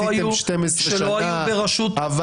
שלא היו בראשות --- תמשיך: אבל ביבי.